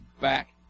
back